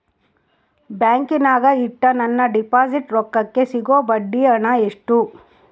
ಬ್ಯಾಂಕಿನಾಗ ಇಟ್ಟ ನನ್ನ ಡಿಪಾಸಿಟ್ ರೊಕ್ಕಕ್ಕೆ ಸಿಗೋ ಬಡ್ಡಿ ಹಣ ಎಷ್ಟು?